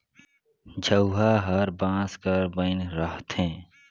झउहा हर बांस कर बइन रहथे